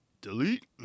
delete